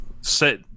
set